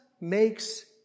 makes